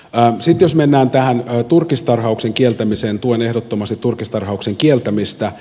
sitten jos mennään tähän turkistarhauksen kieltämiseen tuen ehdottomasti turkistarhauksen kieltämistä